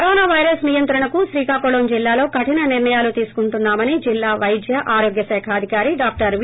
corona virus నియంత్రణకు శ్రీకాకుళం జిల్లాలో కరిన నిర్ణయాలు తీసుకుంటున్నా మని జిల్లా పైద్య ఆరోగ్య శాఖ అధికారి డాక్టర్ వి